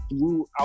throughout